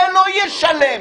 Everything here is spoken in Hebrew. זה לא יהיה שלם,